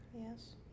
Yes